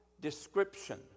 description